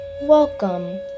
Welcome